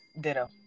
ditto